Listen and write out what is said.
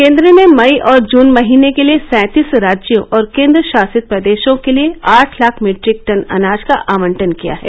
केंद्र ने मई और जून महीने के लिए सैंतीस राज्यों और केंद्र शासित प्रदेशों के लिए आठ लाख मीट्रिक टन अनाज का आवंटन किया है